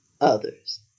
others